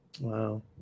Wow